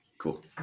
cool